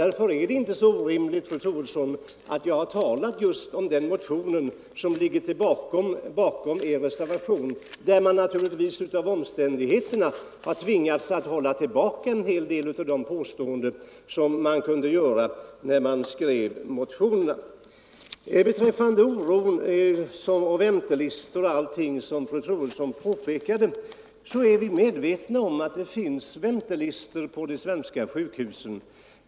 Därför är det inte så orimligt, fru Troedsson, att jag har talat just om den motion som ligger bakom er reservation, där ni naturligtvis av omständigheterna har tvingats hålla tillbaka en hel del av de påståenden som kunde göras när motionen skrevs. 75 Beträffande oron och väntelistorna och allt detta som fru Troedsson pekade på, så är vi medvetna om att det finns väntelistor på de svenska sjukhusen.